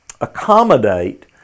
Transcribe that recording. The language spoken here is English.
accommodate